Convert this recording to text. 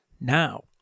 Now